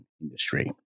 industry